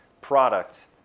product